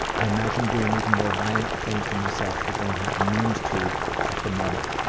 i imagine doing even more violent and things to myself but don't have the means to at the moment.